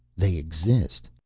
they exist.